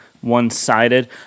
one-sided